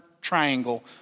triangle